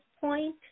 point